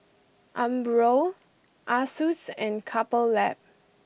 Umbro Asus and Couple Lab